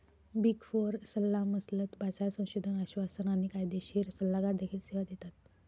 big four सल्लामसलत, बाजार संशोधन, आश्वासन आणि कायदेशीर सल्लागार देखील सेवा देतात